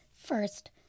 first